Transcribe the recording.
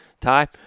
Ty